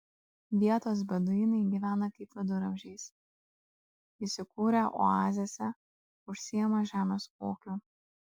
vietos beduinai gyvena kaip viduramžiais įsikūrę oazėse užsiima žemės ūkiu